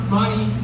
money